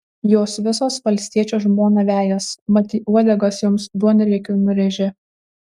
jos visos valstiečio žmoną vejas mat ji uodegas joms duonriekiu nurėžė